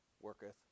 worketh